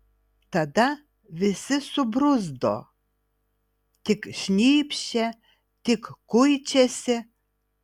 tada visi subruzdo tik šnypščia tik kuičiasi